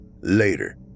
Later